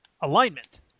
Alignment